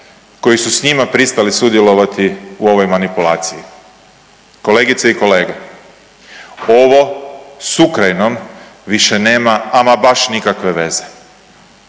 koji su s njima pristali sudjelovati u ovoj manipulaciji. Kolegice i kolege ovo sa Ukrajinom više nema ama baš nikakve veze.